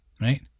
right